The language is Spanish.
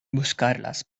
buscarlas